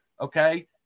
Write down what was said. okay